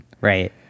Right